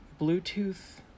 Bluetooth